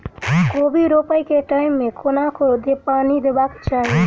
कोबी रोपय केँ टायम मे कोना कऽ पानि देबाक चही?